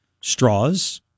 straws